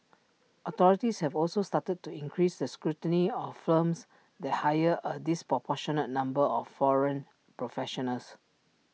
authorities have also started to increase the scrutiny of firms that hire A disproportionate number of foreign professionals